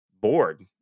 bored